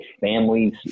families